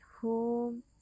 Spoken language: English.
home